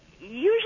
usually